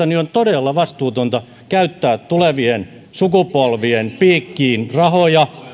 niin on todella vastuutonta käyttää tulevien sukupolvien piikkiin rahoja